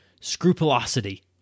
scrupulosity